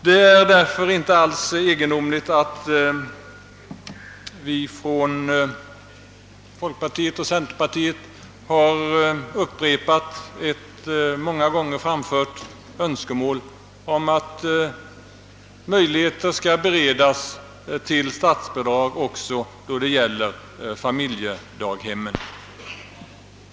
Det är därför inte alls egendomligt att vi från folkpartiet och centerpartiet har upprepat ett många gånger framfört önskemål om att möjligheter skall beredas till statsbidrag också då det gäller familjedaghemmen.